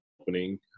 opening